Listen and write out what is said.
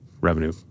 Revenue